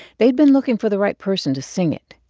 they'd been looking for the right person to sing it.